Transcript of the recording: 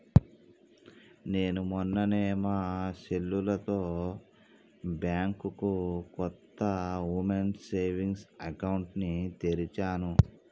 నేను మొన్ననే మా సెల్లుతో బ్యాంకులో కొత్త ఉమెన్స్ సేవింగ్స్ అకౌంట్ ని తెరిచాను